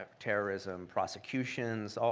ah terrorism prosecutions,